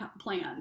plans